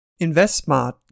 InvestSmart